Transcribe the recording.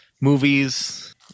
movies